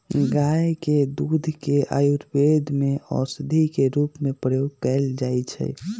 गाय के दूध के आयुर्वेद में औषधि के रूप में प्रयोग कएल जाइ छइ